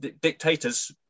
dictators